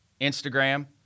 Instagram